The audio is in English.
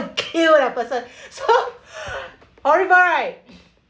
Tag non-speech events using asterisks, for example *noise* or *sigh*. kill that person so *breath* horrible right